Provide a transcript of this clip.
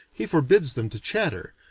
he forbids them to chatter,